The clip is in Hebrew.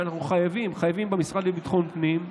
שאנחנו חייבים במשרד לביטחון פנים,